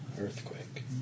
Earthquake